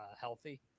healthy